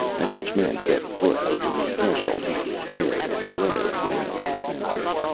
as each man set foot over the threshold he stared and glared wildly about him.